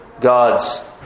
God's